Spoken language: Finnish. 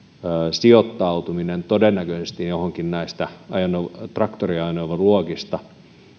sijoittautuminen todennäköisesti johonkin näistä traktoriajoneuvoluokista